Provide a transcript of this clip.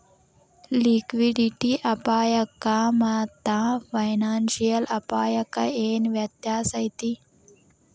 Liquidity ಅಪಾಯಕ್ಕಾಮಾತ್ತ financial ಅಪ್ಪಾಯಕ್ಕ ಏನ್ ವ್ಯತ್ಯಾಸೈತಿ?